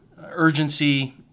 urgency